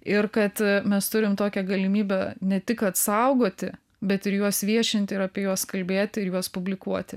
ir kad mes turim tokią galimybę ne tik kad saugoti bet ir juos viešinti ir apie juos kalbėti ir juos publikuoti